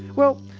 well,